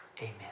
Amen